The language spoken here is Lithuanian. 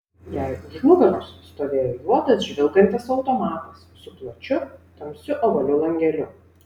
jai už nugaros stovėjo juodas žvilgantis automatas su plačiu tamsiu ovaliu langeliu